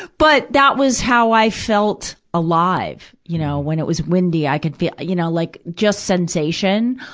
but, that was how i felt alive. you know, when it was windy, i could feel you know, like, just sensation,